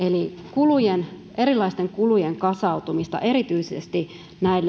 eli erilaisten kulujen kasautumista erityisesti